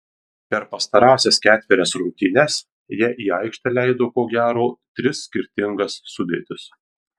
per pastarąsias ketverias rungtynes jie į aikštę leido ko gero tris skirtingas sudėtis